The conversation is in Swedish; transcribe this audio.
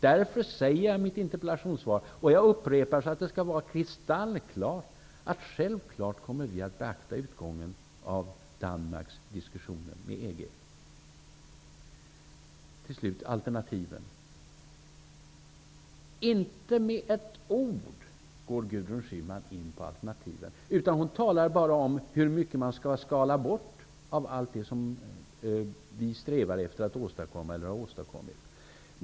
Därför säger jag i mitt interpellationssvar att -- jag upprepar det för att det skall vara kristallklart -- vi självfallet kommer att beakta utgången av Danmarks diskussioner med EG. Slutligen om alternativen: Inte med ett ord går Gudrun Schyman in på alternativen, utan hon bara talar om hur mycket man skall skala bort av allt det som vi strävar efter att åstadkomma eller redan har åstadkommit.